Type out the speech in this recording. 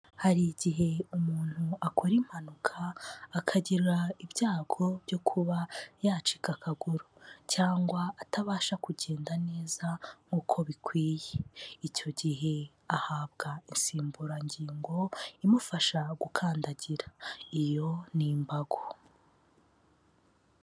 Hari igihe umuntu akora impanuka akagira ibyago byo kuba yacika akaguru cyangwa atabasha kugenda neza nk'uko bikwiye, icyo gihe ahabwa insimburangingo imufasha gukandagira, iyo ni imbago.